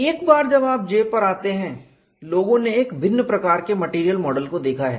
एक बार जब आप J पर आते हैं लोगों ने एक भिन्न प्रकार के मैटेरियल मॉडल को देखा है